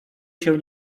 się